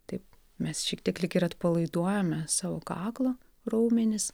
taip mes šiek tiek lyg ir atpalaiduojame savo kaklo raumenis